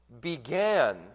began